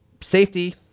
safety